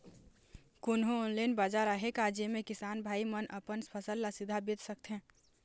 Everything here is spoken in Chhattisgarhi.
कोन्हो ऑनलाइन बाजार आहे का जेमे किसान भाई मन अपन फसल ला सीधा बेच सकथें?